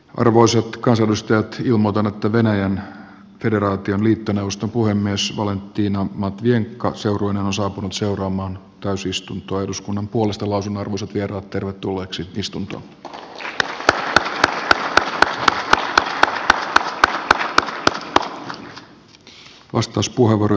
arvoisat kansanedustajat jumalan että venäjän kerrottiin liittoneuvoston puhemies valentina matvienko seurueineen saapuu seuraamaan täysistuntoa eduskunnan puolesta lausuma ruusut vieraat tervetulleeksi ristin ennakoitavat olosuhteet